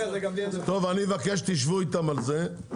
טוב, אני מבקש שתשבו איתם על זה.